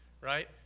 right